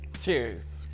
Cheers